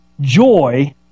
joy